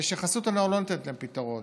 ושחסות הנוער לא נותנת להם פתרון,